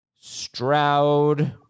Stroud